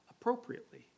appropriately